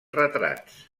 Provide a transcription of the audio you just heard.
retrats